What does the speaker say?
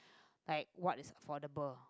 like what is affordable